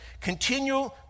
continue